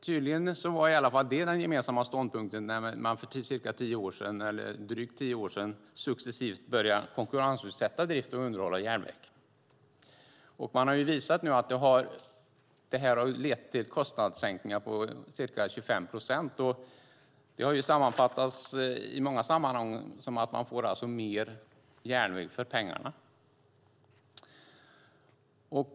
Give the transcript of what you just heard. Tydligen var det i alla fall en gemensam ståndpunkt för drygt tio år sedan när man började med att successivt konkurrensutsätta driften och underhållet av järnvägen. Man har nu visat att det lett till kostnadssänkningar med ca 25 procent. I många sammanhang har detta sammanfattats med att man får mer järnväg för pengarna.